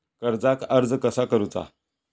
कर्जाक अर्ज कसा करुचा?